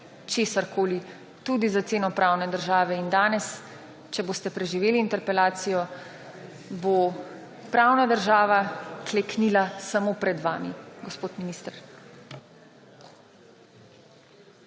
česarkoli, tudi za ceno pravne države. Danes, če boste preživeli interpelacijo, bo pravna država kleknila samo pred vami, gospod minister.